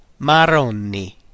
marroni